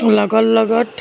লগত লগত